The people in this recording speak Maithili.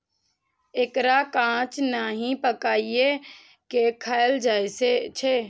एकरा कांच नहि, पकाइये के खायल जा सकैए